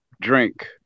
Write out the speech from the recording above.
drink